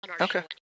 Okay